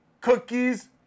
Cookies